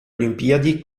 olimpiadi